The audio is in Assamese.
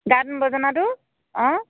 গান বাজনাটো অঁ